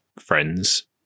friends